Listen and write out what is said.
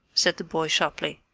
said the boy sharply.